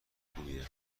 خوبیه